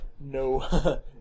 no